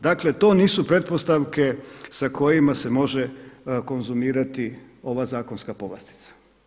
Dakle, to nisu pretpostavke sa kojima se može konzumirati ova zakonska povlastica.